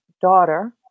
daughter